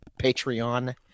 Patreon